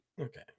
okay